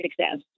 success